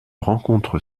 rencontre